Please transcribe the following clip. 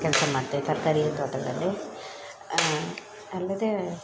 ಕೆಲಸ ಮಾಡ್ತೇವೆ ತರಕಾರಿ ತೋಟದಲ್ಲಿ ಅಲ್ಲದೆ